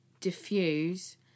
diffuse